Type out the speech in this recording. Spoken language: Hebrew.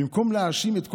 במקום להאשים את העולם,